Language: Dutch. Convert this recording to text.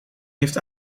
heeft